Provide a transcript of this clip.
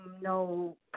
no